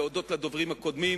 להודות לדוברים הקודמים